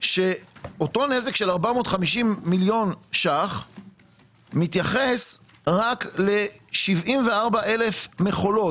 שאותו נזק של 450 מיליון ₪ מתייחס רק ל-74,000 מכולות,